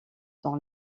dans